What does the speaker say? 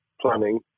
planning